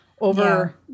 over